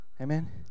Amen